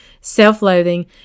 self-loathing